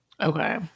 Okay